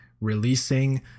releasing